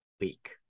week